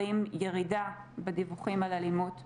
רואים ירידה בדיווחים על אלימות בין-זוגית,